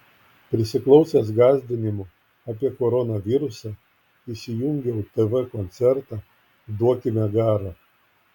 prisiklausęs gąsdinimų apie koronavirusą įsijungiau tv koncertą duokime garo